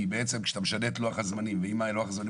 כי בעצם כשאתה משנה את לוח הזמנים ואם לוח הזמנים